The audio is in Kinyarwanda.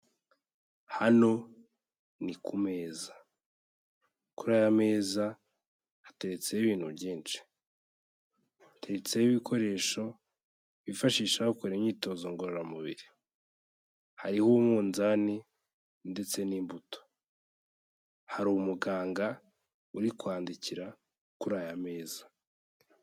Hano ni ku meza, kuri aya meza hateretseho ibintu byinshi, hateretseho ibikoresho bifashisha bakora imyitozo ngororamubiri, hariho umunzani ndetse n'imbuto, hari umuganga uri kwandikira kuri aya meza.